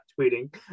tweeting